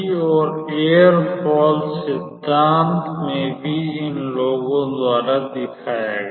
और छड़ की इलास्टिसिटि और एयरफ़ॉइल सिद्धांत में भी इन लोगों द्वारा दिखाया गया